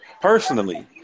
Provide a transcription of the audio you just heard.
personally